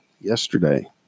Yesterday